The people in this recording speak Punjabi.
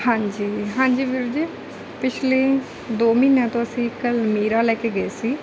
ਹਾਂਜੀ ਹਾਂਜੀ ਵੀਰ ਜੀ ਪਿਛਲੇ ਦੋ ਮਹੀਨਿਆਂ ਤੋਂ ਅਸੀਂ ਇੱਕ ਅਲਮੀਰਾ ਲੈ ਕੇ ਗਏ ਸੀ